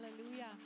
Hallelujah